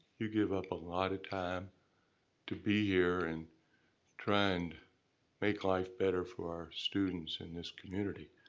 you give up a lot of time to be here and try and make life better for our students in this community.